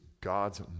God's